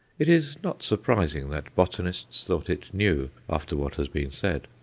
it is not surprising that botanists thought it new after what has been said.